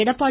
Edappadi